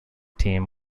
team